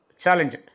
challenge